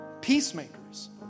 peacemakers